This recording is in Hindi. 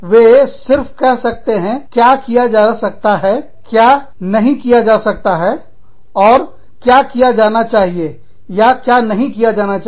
वे सिर्फ कह सकते हैं क्या किया जा सकता है क्या नहीं किया जा सकता है और क्या किया जाना चाहिए या क्या नहीं किया जाना चाहिए